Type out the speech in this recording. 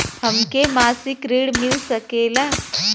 हमके मासिक ऋण मिल सकेला?